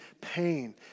pain